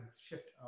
shift